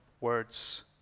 words